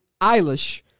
Eilish